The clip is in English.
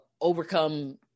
overcome